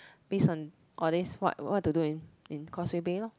base on all this what what to do in in Causeway Bay lorh